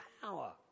power